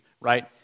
right